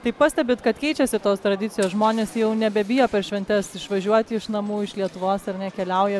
tai pastebit kad keičiasi tos tradicijos žmonės jau nebebijo per šventes išvažiuoti iš namų iš lietuvos ar ne keliauja